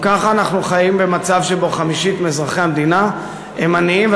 גם ככה אנחנו חיים במצב שבו חמישית מאזרחי המדינה הם עניים,